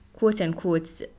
quote-unquote